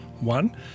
One